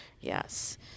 yes